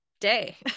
day